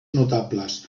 notables